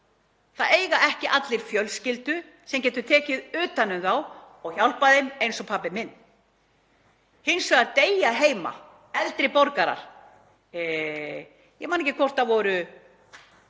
Það eiga ekki allir fjölskyldu sem getur tekið utan um þá og hjálpað þeim eins og pabbi minn. Hins vegar deyja heima eldri borgarar, ég man ekki hvort það var